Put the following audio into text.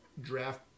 draft